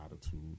attitude